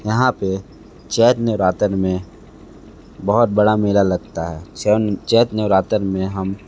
यहाँ पे चैत्य नवरातन में बहुत बड़ा मेला लगता है चैत्य नवरातन में हम